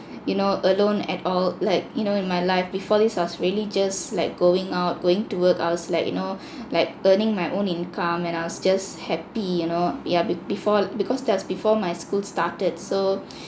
you know alone at all like you know in my life before this I was really just like going out going to work I was like you know like earning my own income and I was just happy you know yeah be~ before because that's before my school started so